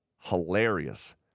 hilarious